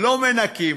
לא מנקים,